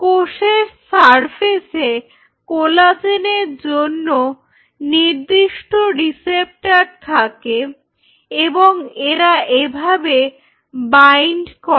কোষের সারফেসে কোলাজেনের জন্য নির্দিষ্ট রিসেপ্টর থাকে এবং এরা এভাবে বাইন্ড করে